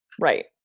right